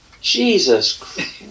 Jesus